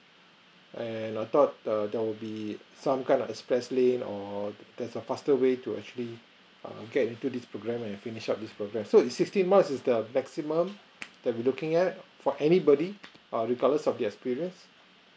and I thought err there will be some kind of express lane or there's a faster way to actually err get into this program and finish up this program so is sixteen month is the maximum that we're looking at for anybody err regardless of the experience